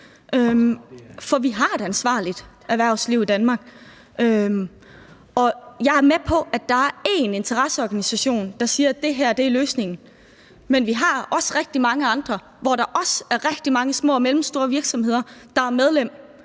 for vi har et ansvarligt erhvervsliv i Danmark. Jeg er med på, at der er én interesseorganisation, der siger, at det her er løsningen, men vi har også rigtig mange andre, som der også er rigtig mange små og mellemstore virksomheder der er medlem